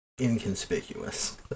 inconspicuous